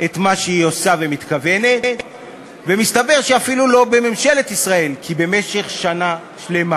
את מי יתקצבו, את מי אולי לא, איזו עמותה תיסגר,